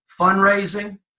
Fundraising